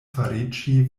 fariĝi